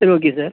சரி okay sir